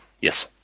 Yes